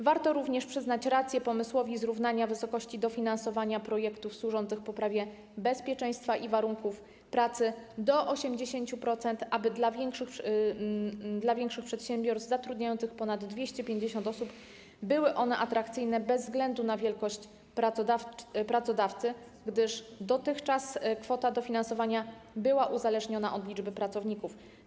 Warto również przyznać rację pomysłowi zrównania wysokości dofinansowania projektów służących poprawie bezpieczeństwa i warunków pracy do 80%, aby dla większych przedsiębiorstw zatrudniających ponad 250 osób były one atrakcyjne bez względu na wielkość pracodawcy, gdyż dotychczas kwota dofinansowania była uzależniona od liczby pracowników.